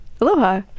Aloha